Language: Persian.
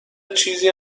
چیزی